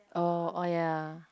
oh oh ya